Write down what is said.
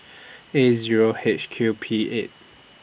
A Zero H Q P eight